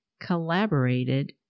collaborated